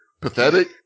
pathetic